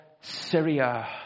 Syria